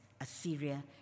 Assyria